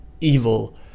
evil